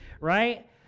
right